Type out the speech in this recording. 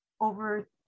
over